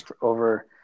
over